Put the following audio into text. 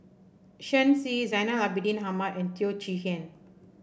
Shen Xi Zainal Abidin Ahmad and Teo Chee Hean